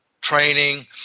training